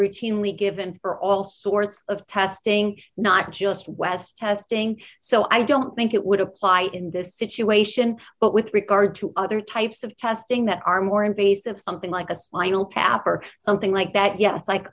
routinely given for all sorts of testing not just west testing so i don't think it would apply in this situation but with regard to other types of testing that are more invasive something like a spinal tap or something like that yes like